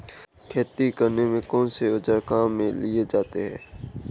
खेती करने में कौनसे औज़ार काम में लिए जाते हैं?